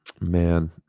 Man